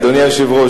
אדוני היושב-ראש,